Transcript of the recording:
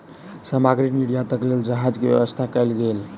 सामग्री निर्यातक लेल जहाज के व्यवस्था कयल गेल